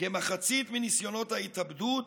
כמחצית מניסיונות ההתאבדות